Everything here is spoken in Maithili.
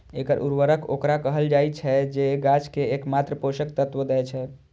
एकल उर्वरक ओकरा कहल जाइ छै, जे गाछ कें एकमात्र पोषक तत्व दै छै